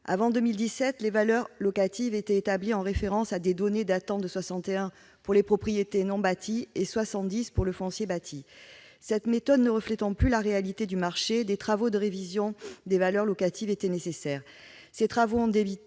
Avant 2017, les valeurs locatives étaient établies en référence à des données datant de 1961 pour les propriétés non bâties et de 1970 pour le foncier bâti. Cette méthode ne reflétant plus la réalité du marché, des travaux de révision des valeurs locatives étaient nécessaires. Ils ont